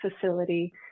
facility